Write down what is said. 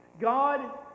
god